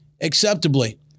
acceptably